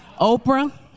Oprah